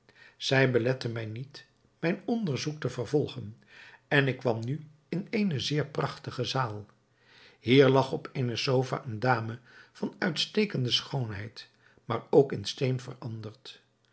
zij belette mij niet mijn onderzoek te vervolgen en ik kwam nu in eene zeer prachtige zaal hier lag op eene sofa eene dame van uitstekende schoonheid maar ook in steen veranderd